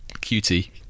cutie